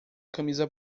camisa